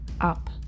up